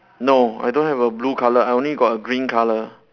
no I don't have a blue colour I only got a green colour